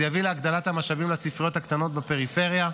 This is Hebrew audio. זה יביא להגדלת המשאבים לספריות הקטנות בפריפריה,